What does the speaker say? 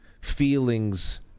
feelings